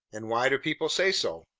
and why do people say so?